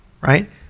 right